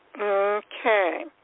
Okay